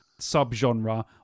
sub-genre